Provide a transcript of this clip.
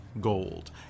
gold